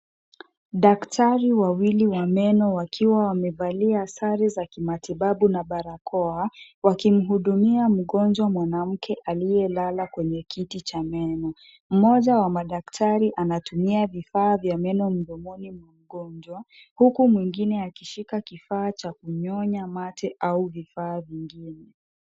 Daktari wawili wa meno wakiwa wamevalia sare za kimatibabu na barakoa wakimhudumia mgonjwa mwanamke aliyelala kwenye kiti cha meno. Mmoja wa madaktari anatumia vifaa vya meno mdomoni mwa mgonjwa huku mwingine akishika kifaa cha kunyonya mate au vifaa vingine.